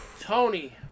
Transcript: Tony